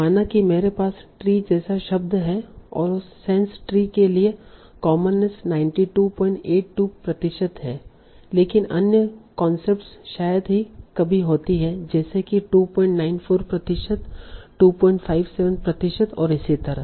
माना कि मेरे पास ट्री जैसा शब्द है और सेंस ट्री के लिए कॉमननेस 9282 प्रतिशत है लेकिन अन्य कॉन्सेप्ट्स शायद ही कभी होती हैं जैसे कि 294 प्रतिशत 257 प्रतिशत और इसी तरह